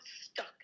stuck